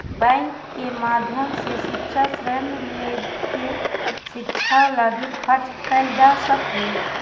bank के माध्यम से शिक्षा ऋण लेके शिक्षा लगी खर्च कैल जा सकऽ हई